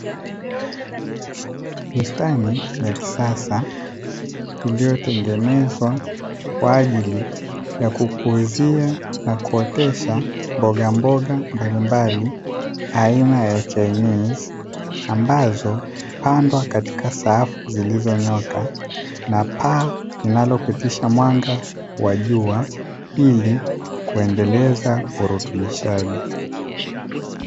Bustani ya kisasa iliyotengenezwa kwaajili ya kukuzia na kuotesha mbogamboga mbalimbali aina ya chainizi, ambazo hupandwa katika safu zilizonyooka na paa linalopitisha mwanga wa jua ili kuendeleza urutubishaji.